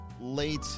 late